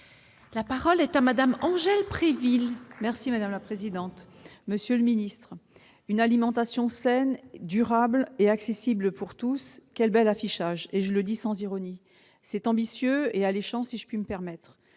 La parole est à Mme Angèle Préville, sur l'article. Monsieur le ministre, une alimentation saine, durable et accessible à tous, quel bel affichage ! Je le dis sans ironie. C'est ambitieux et alléchant, si je puis me permettre.